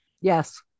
Yes